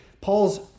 Paul's